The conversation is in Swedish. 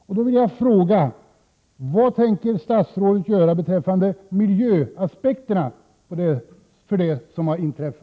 Vad tänker statsrådet med anledning av det inträffade göra beträffande miljöaspekterna?